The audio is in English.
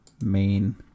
main